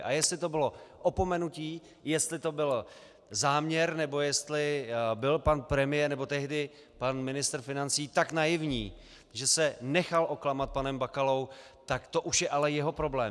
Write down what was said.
A jestli to bylo opomenutí, jestli to byl záměr, nebo jestli byl pan premiér, nebo tehdy pan ministr financí, tak naivní, že se nechal oklamat panem Bakalou, tak už je ale jeho problém.